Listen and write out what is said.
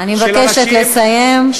אני מבקשת לסיים.